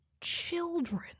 children